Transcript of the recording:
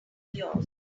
yours